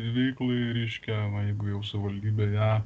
veiklai reiškia na jeigu jau savivaldybė ją